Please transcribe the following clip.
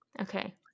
Okay